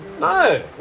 No